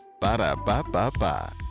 Ba-da-ba-ba-ba